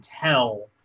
tell